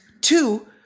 two